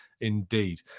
indeed